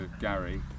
Gary